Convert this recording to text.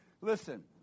Listen